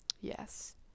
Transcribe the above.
yes